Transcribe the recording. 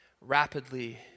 rapidly